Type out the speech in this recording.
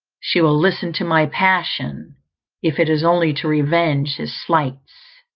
she will listen to my passion if it is only to revenge his slights.